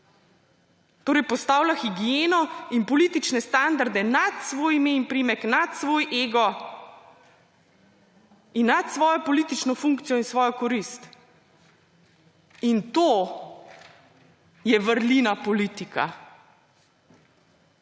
Torej postavlja higieno in politične standarde nad svoje ime in priimek, nad svoj ego in nad svojo politično funkcijo in svojo korist. In to je vrlina politika!